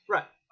Right